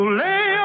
lay